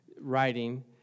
writing